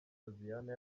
hoziyana